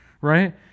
right